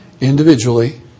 Individually